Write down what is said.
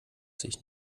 sich